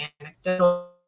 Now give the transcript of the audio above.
anecdotal